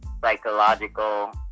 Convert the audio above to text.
psychological